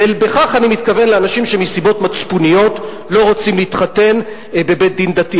ולכך אני מתכוון באנשים שמסיבות מצפוניות לא רוצים להתחתן בבית-דין דתי.